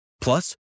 Plus